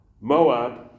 Moab